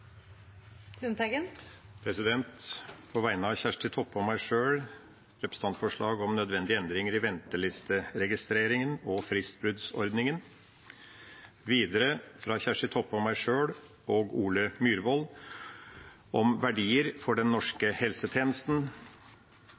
På vegne av Kjersti Toppe og meg sjøl vil jeg sette fram et representantforslag om nødvendige endringer i ventelisteregistreringen og fristbruddordningen. Videre vil jeg på vegne av representantene Kjersti Toppe, Ole André Myhrvold og meg sjøl sette fram et forslag om verdier for